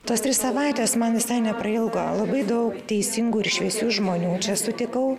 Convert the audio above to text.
tos trys savaitės man visai neprailgo labai daug teisingų ir šviesių žmonių čia sutikau